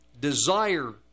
desire